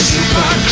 Super